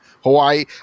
Hawaii